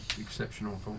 exceptional